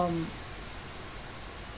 um